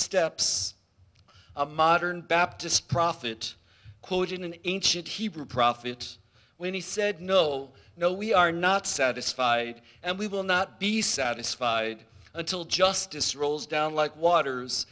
steps a modern baptist prophet quoting an ancient hebrew prophet when he said no no we are not satisfied and we will not be satisfied until justice rolls down like waters